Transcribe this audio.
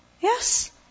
Yes